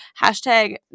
Hashtag